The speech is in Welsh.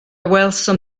welsom